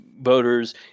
voters